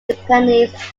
companies